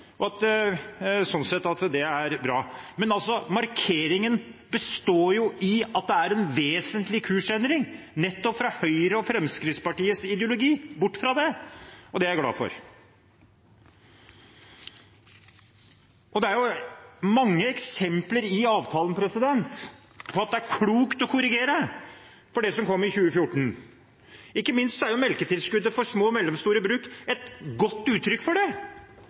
og sånn sett er det bra. Men markeringen består i at det er en vesentlig kursendring fra Høyres og Fremskrittspartiets ideologi, og det er jeg glad for. Det er mange eksempler i avtalen på at det var klokt å korrigere for det som kom i 2014. Ikke minst er melketilskuddet for små og mellomstore bruk et godt uttrykk for det.